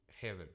heaven